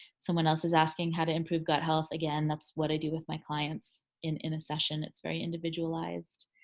someone else is asking how to improve gut health? again, that's what i do with my clients in in a session. it's very individualized.